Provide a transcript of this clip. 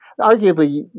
Arguably